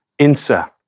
insa